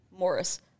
Morris